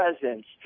presence